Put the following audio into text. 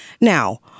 Now